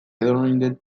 edonon